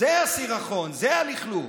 זה הסירחון, זה הלכלוך.